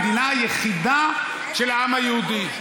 המדינה היחידה של העם היהודי.